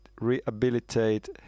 Rehabilitate